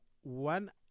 one